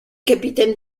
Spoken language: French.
capitaine